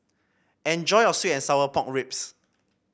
enjoy your sweet and Sour Pork Ribs